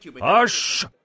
Hush